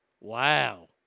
Wow